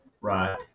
right